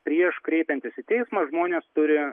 prieš kreipiantis į teismą žmonės turi